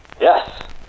Yes